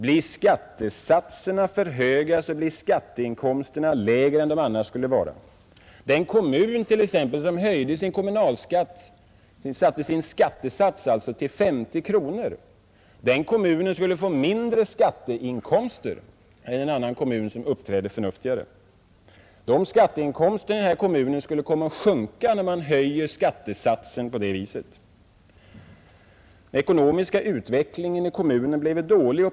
Blir skattesatserna för höga, blir skatteinkomsterna lägre än de annars skulle vara. Den kommun som t.ex. bestämde sin skattesats till 50 kronor skulle få mindre skatteinkomster än en annan kommun som uppträdde förnuftigare. Den här kommunens skatteinkomster skulle komma att sjunka om man höjde skattesatsen på det sättet. Den ekonomiska utvecklingen i kommunen bleve dålig.